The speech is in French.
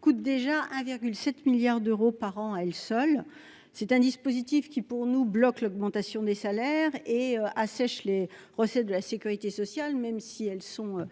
coûtent déjà 1,7 milliard d'euros par an à elles seules. C'est un dispositif qui, selon nous, bloque l'augmentation des salaires et assèche les recettes de la sécurité sociale, même si les pertes sont